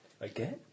Again